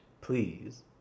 please